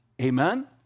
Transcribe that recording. amen